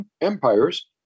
empires